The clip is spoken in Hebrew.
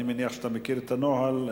אני מניח שאתה מכיר את הנוהל.